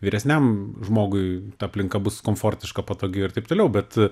vyresniam žmogui ta aplinka bus komfortiška patogi ir taip toliau bet